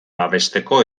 babesteko